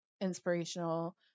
inspirational